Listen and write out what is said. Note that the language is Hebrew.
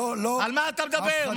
על מה אתה מדבר?